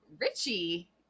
richie